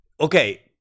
Okay